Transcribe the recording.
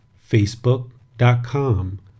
facebook.com